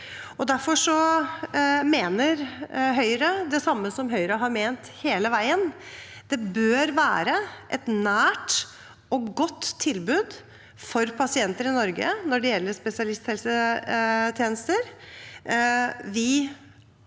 derfor mener Høyre det samme som Høyre har ment hele veien: Det bør være et nært og godt tilbud for pasienter i Norge når det gjelder spesialisthelsetjenester.